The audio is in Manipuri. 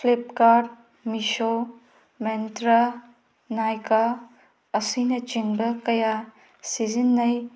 ꯐ꯭ꯂꯤꯞꯀꯥꯔ꯭ꯗ ꯃꯤꯁꯣ ꯃꯦꯟꯇ꯭ꯔꯥ ꯅꯥꯏꯀꯥ ꯑꯁꯤꯅꯆꯤꯡꯕ ꯀꯌꯥ ꯁꯤꯖꯤꯟꯅꯩ